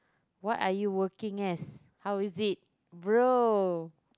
what are you working as how is it bro